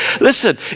Listen